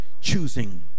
Choosing